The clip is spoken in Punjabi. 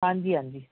ਹਾਂਜੀ ਹਾਂਜੀ